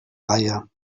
reihe